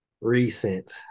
recent